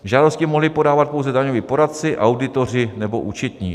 Žádosti mohli podávat pouze daňoví poradci, auditoři nebo účetní.